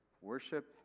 worship